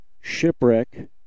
Shipwreck